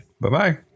Bye-bye